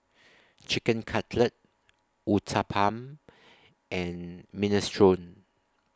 Chicken Cutlet Uthapam and Minestrone